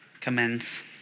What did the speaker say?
Commence